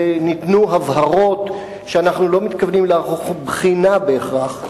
וניתנו הבהרות שאנחנו לא מתכוונים לערוך בחינה בהכרח.